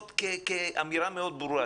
אנחנו מאתרים באמצעות בתי הספר.